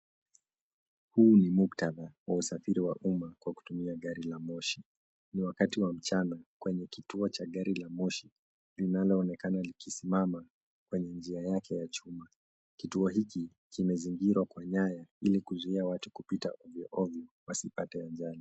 Huu ni muktadha wa usafiri wa uma kwa kutumia gari la moshi. Ni wakati wa mchana kwenye kituo cha gari la moshi, linaloonekana likisimama kwenye njia yake ya chuma. Kituo hiki kimezingirwa kwa nyaya, ili kuzuia watu kupita ovyo ovyo wasipate ajali.